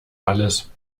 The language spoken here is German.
alles